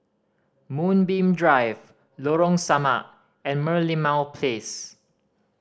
Moonbeam Drive Lorong Samak and Merlimau Place